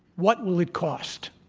what will it cost?